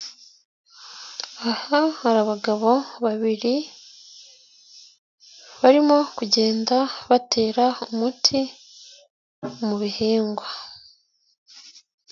Aha hari abagabo babiri barimo kugenda batera umuti mu bihingwa.